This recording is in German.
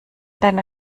deiner